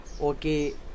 okay